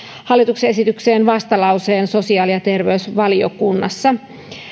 hallituksen esitykseen vastalauseen sosiaali ja terveysvaliokunnassa